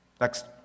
Next